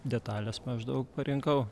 detales maždaug parinkau